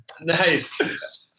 nice